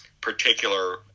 particular